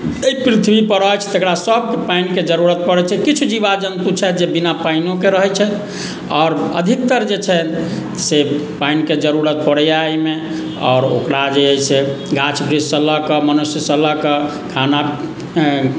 एहि पृथ्वीपर अछि तकरा सभके पानिके जरूरत पड़ैत छै किछु जीवा जन्तु छथि जे बिना पानिओके रहैत छथि आओर अधिकतर जे छथि से पानिके जरूरत पड़ैए एहिमे आओर ओकरा जे हइ से गाछ वृक्षसँ लऽ कऽ मनुष्यसँ लऽ कऽ खाना